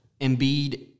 Embiid